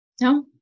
no